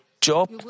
Job